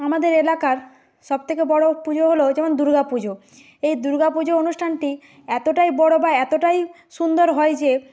আমাদের এলাকার সবথেকে বড়ো পুজো হলো যেমন দুর্গা পুজো এই দুর্গা পুজো আনুষ্ঠানটি এতটাই বড়ো বা এতটাই সুন্দর হয় যে